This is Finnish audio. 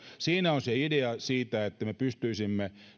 siinä on se idea että me pystyisimme